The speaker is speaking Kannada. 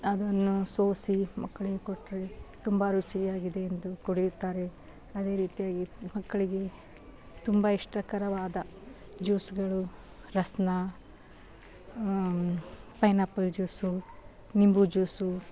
ಅದನ್ನು ಸೋಸಿ ಮಕ್ಳಿಗೆ ಕೊಟ್ಟರೆ ತುಂಬ ರುಚಿಯಾಗಿದೆ ಎಂದು ಕುಡಿಯುತ್ತಾರೆ ಅದೇ ರೀತಿಯಾಗಿ ಮಕ್ಕಳಿಗೆ ತುಂಬ ಇಷ್ಟಕರವಾದ ಜ್ಯೂಸ್ಗಳು ರಸ್ನ ಪೈನಾಪಲ್ ಜ್ಯೂಸು ನಿಂಬು ಜ್ಯೂಸು